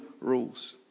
rules